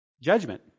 Judgment